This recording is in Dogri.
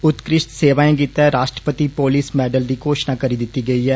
उत्कृष्ट सेवाएं गितै राष्ट्रपति पोलिस मैडल दी घोषणा करी दिती गेई ऐ